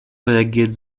reagiert